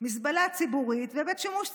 מזבלה ציבורית ובית שימוש ציבורי,